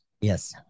yes